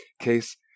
Case